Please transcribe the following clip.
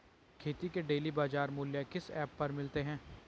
खेती के डेली बाज़ार मूल्य किस ऐप पर मिलते हैं?